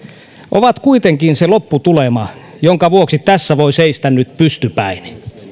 ovat kuitenkin se lopputulema jonka vuoksi tässä voi seistä nyt pystypäin